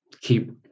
keep